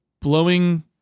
blowing